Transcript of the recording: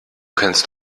kennst